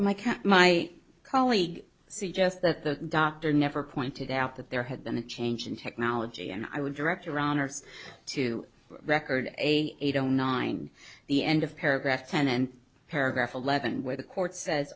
mate my colleague suggests that the doctor never pointed out that there had been a change in technology and i would direct around her to record a eight o nine the end of paragraph ten and paragraph eleven where the court says